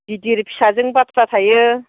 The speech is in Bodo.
गिदिर फिसाजों बाथ्रा थायो